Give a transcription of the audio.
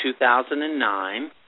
2009